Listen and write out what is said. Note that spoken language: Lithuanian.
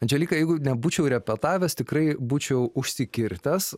andželika jeigu nebūčiau repetavęs tikrai būčiau užsikirtęs